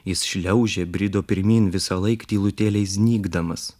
jis šliaužė brido pirmyn visąlaik tylutėliai znykdamas